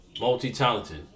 multi-talented